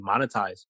monetize